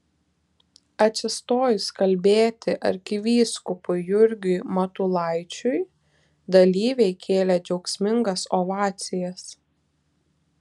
atsistojus kalbėti arkivyskupui jurgiui matulaičiui dalyviai kėlė džiaugsmingas ovacijas